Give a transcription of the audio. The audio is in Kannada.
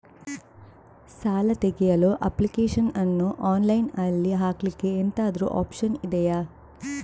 ಸಾಲ ತೆಗಿಯಲು ಅಪ್ಲಿಕೇಶನ್ ಅನ್ನು ಆನ್ಲೈನ್ ಅಲ್ಲಿ ಹಾಕ್ಲಿಕ್ಕೆ ಎಂತಾದ್ರೂ ಒಪ್ಶನ್ ಇದ್ಯಾ?